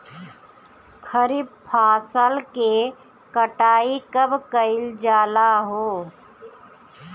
खरिफ फासल के कटाई कब कइल जाला हो?